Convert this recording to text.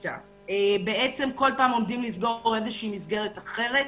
בכל פעם עומדים לסגור איזושהי מסגרת אחרת,